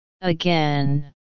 Again